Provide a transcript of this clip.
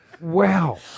Wow